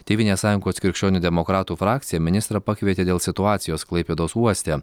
tėvynės sąjungos krikščionių demokratų frakcija ministrą pakvietė dėl situacijos klaipėdos uoste